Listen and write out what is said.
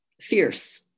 Fierce